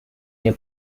nie